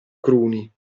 cruni